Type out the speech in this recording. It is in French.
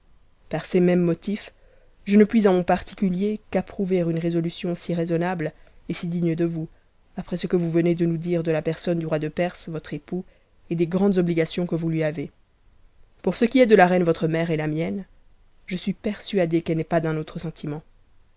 par ces mêmes motifs je ne puis en mon particulier qu'approuver une résotu tion si raisonnable et si digne de vous après ce que vous venez de nous dire de la personne du roi de perse votre époux et des grandes obtigafions que vous lui avez pour ce qui est de la reine votre mère et la mienne je suis persuadé qu'elle n'est pas d'un autre sentiment